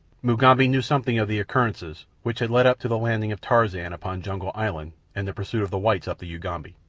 mugambi knew something of the occurrences which had led up to the landing of tarzan upon jungle island and the pursuit of the whites up the ugambi.